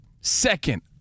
second